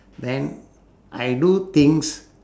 then I do things